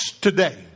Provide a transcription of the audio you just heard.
today